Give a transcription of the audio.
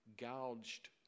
gouged